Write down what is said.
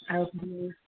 আৰু